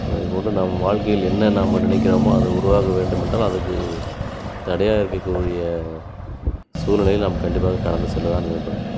இது போன்று நம் வாழ்க்கையில் என்ன நாம் நினைக்கிறோமோ அதை உருவாக வேண்டுமென்றால் அதற்கு தடையாக இருக்கக்கூடிய சூழ்நிலையை நாம் கண்டிப்பாக கடந்து செல்ல தான் வேண்டும்